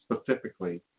specifically